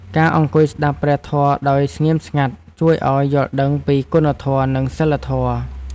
ការអង្គុយស្ដាប់ព្រះធម៌ដោយស្ងៀមស្ងាត់ ជួយឱ្យយល់ដឹងពីគុណធម៌ និងសីលធម៌។